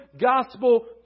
gospel